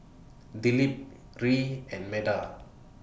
Dilip Hri and Medha